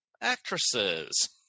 actresses